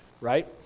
right